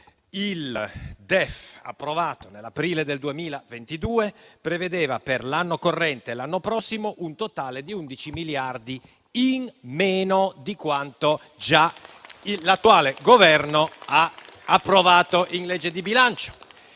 il DEF approvato nell'aprile 2022 prevedeva, per l'anno corrente e per l'anno prossimo, un totale di 11 miliardi in meno di quanto l'attuale Governo ha già approvato in legge di bilancio.